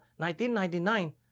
1999